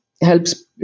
helps